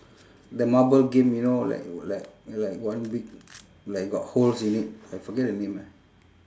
the marble game you know like like like one big like got holes in it I forget the name ah